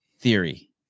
theory